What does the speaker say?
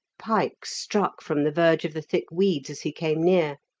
pike struck from the verge of the thick weeds as he came near.